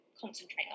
concentrate